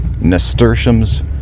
nasturtiums